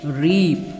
reap